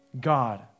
God